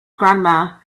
grandma